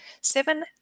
Seven